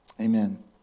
Amen